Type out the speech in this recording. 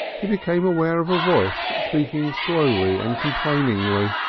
he became aware of a voice, speaking slowly and complainingly.